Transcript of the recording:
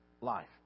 life